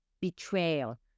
betrayal